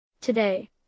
Today